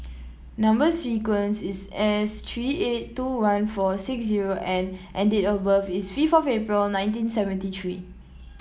number sequence is S three eight two one four six zero N and date of birth is fifth of April nineteen seventy three